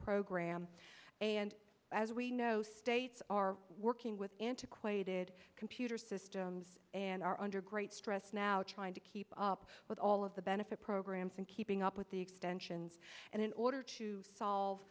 program and as we know states are working with antiquated computer systems and are under great stress now trying to keep up with all of the benefit programs and keeping up with the extensions and in order to solve